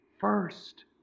first